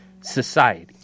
society